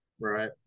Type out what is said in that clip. Right